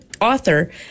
author